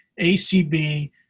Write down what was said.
ACB